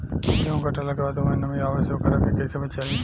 गेंहू कटला के बाद ओमे नमी आवे से ओकरा के कैसे बचाई?